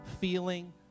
feeling